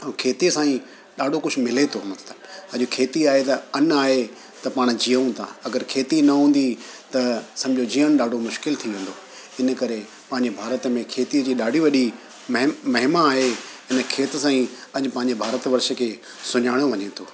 ऐं खेतीअ सां ई ॾाढो कुझु मिले थो मक़सदु अॼु खेती आहे त अन आहे त पाण जीअऊं था अगरि खेती न हूंदी त सम्झो जीअण ॾाढो मुश्किलु थी वेंदो हिन करे पंहिंजे भारत में खेती जी ॾाढी वॾी महिम महिमा आहे हिन खेत सां ई अॼु पंहिंजे भारत वर्ष खे सुञाणो वञे थो